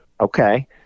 Okay